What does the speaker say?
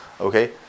Okay